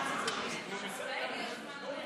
בכבוד.